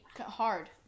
hard